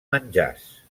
menjars